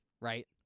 right